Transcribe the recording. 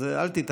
אז אל תתערבו.